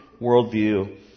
worldview